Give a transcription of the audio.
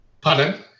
Pardon